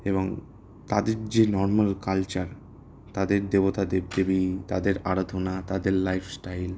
এবং তাদের যে নরম্যাল কালচার তাদের দেবতা দেব দেবী তাদের আরাধনা তাদের লাইফ স্টাইল